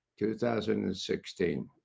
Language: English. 2016